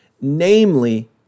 namely